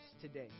today